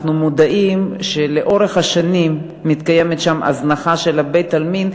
אנחנו מודעים לכך שלאורך השנים מתקיימת הזנחה של בית-העלמין,